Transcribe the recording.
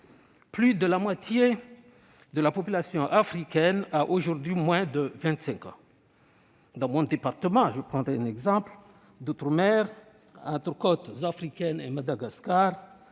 Plus de la moitié de la population africaine a aujourd'hui moins de 25 ans. Dans mon département d'outre-mer, entre côtes africaines et Madagascar,